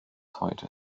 heute